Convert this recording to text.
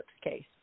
case